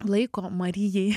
laiko marijai